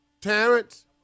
Terrence